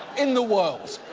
in the world?